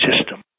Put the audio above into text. system